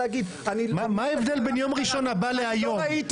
מה ההבדל בין יום ראשון הבא להיום?